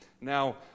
Now